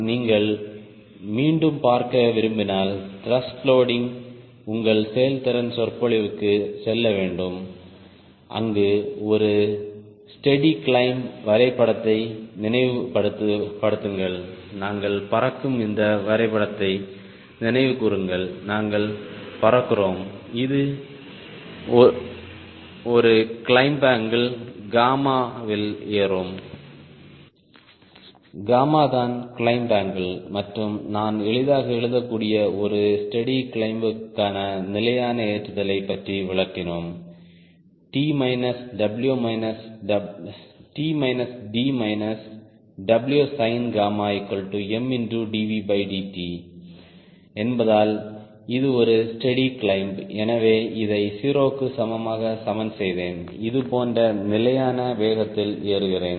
நீங்கள் மீண்டும் பார்க்க விரும்பினால் த்ருஷ்ட் லோடிங் உங்கள் செயல்திறன் சொற்பொழிவுக்குச் செல்ல வேண்டும் அங்கு ஒரு ஸ்டெடி கிளைம்ப் வரைபடத்தை நினைவுபடுத்துங்கள் நாங்கள் பறக்கும் இந்த வரைபடத்தை நினைவுகூருங்கள் நாங்கள் பறக்கிறோம் அது ஒரு கிளைம்ப் அங்கிள் காமாவில் ஏறும் காமா தான் கிளைம்ப் அங்கிள் மற்றும் நான் எளிதாக எழுதக்கூடிய ஒரு ஸ்டெடி கிளைம்ப்க்கான நிலையான ஏறுதலைப் பற்றி விளக்கினோம் T D WsinmdVdt என்பதால் இது ஒரு ஸ்டெடி கிளைம்ப் எனவே இதை 0 க்கு சமமாக சமன் செய்தேன் இது போன்ற நிலையான வேகத்தில் ஏறுகிறேன்